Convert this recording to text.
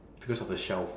because of the shell